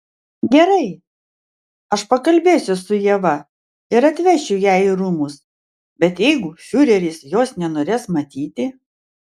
gerai aš pakalbėsiu su ieva ir atvešiu ją į rūmus bet jeigu fiureris jos nenorės matyti